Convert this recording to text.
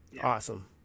awesome